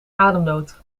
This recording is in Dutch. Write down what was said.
ademnood